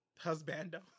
Husbando